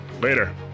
Later